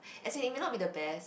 as in it may not be the best